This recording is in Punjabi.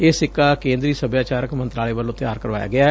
ਇਹ ਸਿੱਕਾ ਕੇਂਦਰੀ ਸਭਿਆਚਾਰਕ ਮੰਤਰਾਲੇ ਵੱਲੋਂ ਤਿਆਰ ਕਰਵਾਇਆ ਗਿਐ